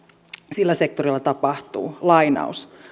sillä sektorilla tapahtuu